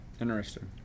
Interesting